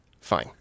Fine